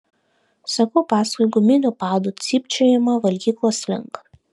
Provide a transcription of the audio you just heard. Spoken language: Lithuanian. seku paskui guminių padų cypčiojimą valgyklos link